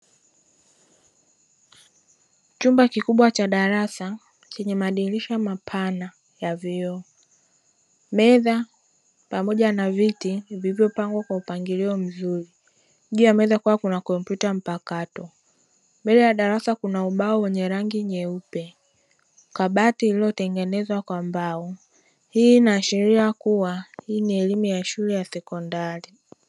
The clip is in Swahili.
Chumba kikubwa cha darasa chenye madirisha mapana ya vioo, meza pamoja na viti vilivyopangwa kwa mpangilio mzuri, juu ya meza kukiwa na kompyuta mpakato, mbele ya darasa kuna ubao wa rangi nyeupe, kabati lililotengenezwa kwa mbao, hii inaashiria kuwa hii ni elimu ya shule ya sekondari.